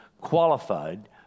qualified